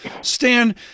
Stan